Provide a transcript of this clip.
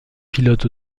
pilote